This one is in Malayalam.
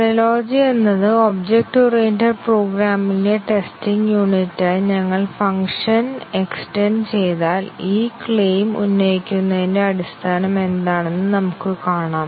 അനലോജി എന്നത് ഒബ്ജക്റ്റ് ഓറിയന്റഡ് പ്രോഗ്രാമിലെ ടെസ്റ്റിംഗ് യൂണിറ്റായി ഞങ്ങൾ ഫംഗ്ഷൻ എക്സ്റ്റെൻറ് ചെയ്താൽ ഈ ക്ലെയിം ഉന്നയിക്കുന്നതിന്റെ അടിസ്ഥാനം എന്താണെന്ന് നമുക്ക് കാണാം